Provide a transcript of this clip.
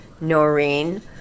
noreen